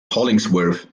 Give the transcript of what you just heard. hollingsworth